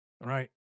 right